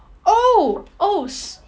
oh oh s~